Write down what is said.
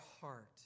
heart